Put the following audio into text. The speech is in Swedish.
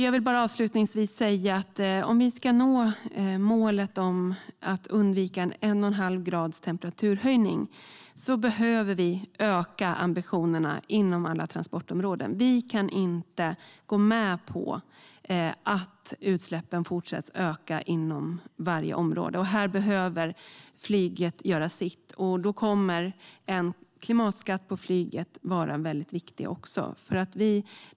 Jag vill avslutningsvis säga att om vi ska nå målet om att undvika en temperaturhöjning på en och en halv grad behöver vi öka ambitionerna inom alla transportområden. Vi kan inte gå med på att utsläppen fortsätter att öka inom varje område. Här behöver flyget göra sitt, och då kommer en klimatskatt på flyget att vara väldigt viktig.